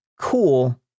cool